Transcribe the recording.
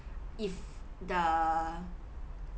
if the